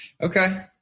Okay